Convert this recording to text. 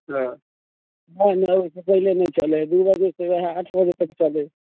तऽ नै नै ओइसेँ पहिले नहि चलै हय दू बजेसँ ओहे आठ बजे तक चलै हय